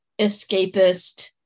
escapist